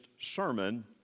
sermon